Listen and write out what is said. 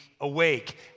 awake